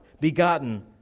begotten